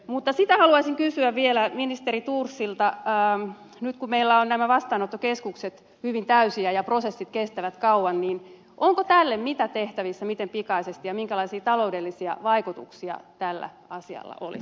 mutta sitä haluaisin kysyä vielä ministeri thorsilta että nyt kun meillä on nämä vastaanottokeskukset hyvin täysiä ja prosessit kestävät kauan niin onko tälle mitä tehtävissä miten pikaisesti ja minkälaisia taloudellisia vaikutuksia tällä asialla olisi